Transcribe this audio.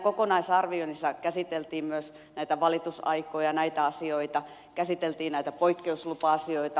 kokonaisarvioinnissa käsiteltiin myös näitä valitusaikoja ja poikkeuslupa asioita